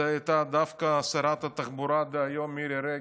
זאת הייתה דווקא שרת התחבורה דהיום מירי רגב.